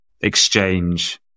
exchange